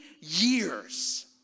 years